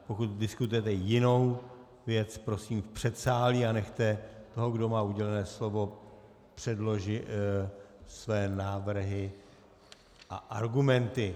Pokud diskutujete jinou věc, prosím v předsálí, a nechte toho, kdo má udělené slovo, předložit své návrhy a argumenty.